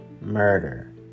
murder